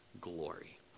glory